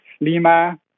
Lima